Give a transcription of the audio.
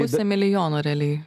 pusė milijono realiai